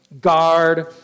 Guard